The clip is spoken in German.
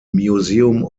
museum